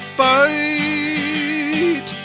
fight